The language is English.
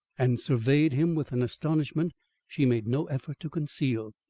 and surveyed him with an astonishment she made no effort to conceal.